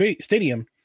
Stadium